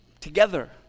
together